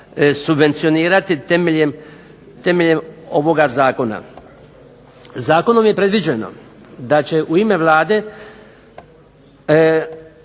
subvencionirati temeljem ovoga zakona. Zakonom je predviđeno da će u ime Vlade